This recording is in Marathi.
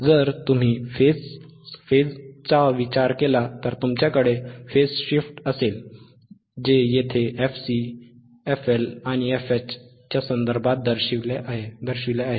जर तुम्ही फेजचा विचार केला तर तुमच्याकडे फेज शिफ्ट असेल जे येथे fc fL आणि fH च्यासंदर्भात दर्शविले आहे